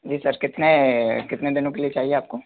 जी sir कितने कितने दिनों के लिए चाहिए आपको